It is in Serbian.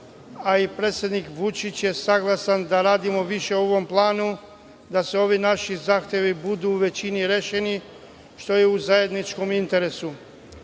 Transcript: a i predsednik Vučić je saglasan da radimo više na ovom planu, da ovi naši zahtevi budu u većini rešeni, što je u zajedničkom interesu. Prema